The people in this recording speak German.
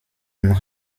und